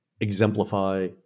exemplify